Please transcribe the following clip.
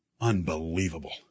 Unbelievable